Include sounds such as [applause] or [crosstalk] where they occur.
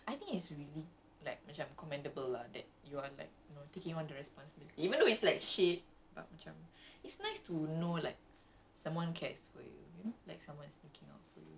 and is it okay but [noise] I think it's really like macam commendable lah that you are like now taking on the responsibility even though it's like shit but macam